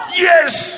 Yes